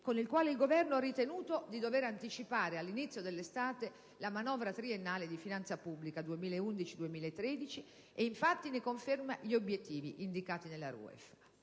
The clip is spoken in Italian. con il quale il Governo ha ritenuto di dover anticipare all'inizio dell'estate la manovra triennale di finanza pubblica 2011-2013, e conferma gli obiettivi indicati nella RUEF.